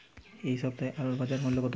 এ সপ্তাহের আলুর বাজার মূল্য কত?